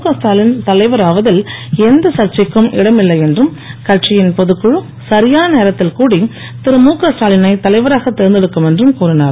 கஸ்டாலின் தலைவர் ஆவதில் எந்த சர்ச்சைக்கும் இடமில்லை என்றும் கட்சியின் பொதுக்குழு சரியான நேரத்தில் கூடி திருழுகண்டாவி னை தலைவராகத் தேர்ந்தெடுக்கும் என்றும் கூறிஞர்